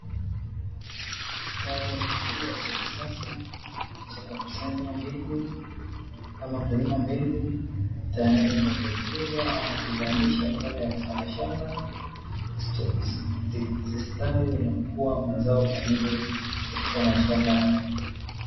Kitalo kikubwa cha kisasa cha kukusanya mbegu ama kulima mbeg, tayari kwa kuuza ama kuzalisha kwenda katika mashamba zistawi na kuwa mazao kamili katika mashamba hayo.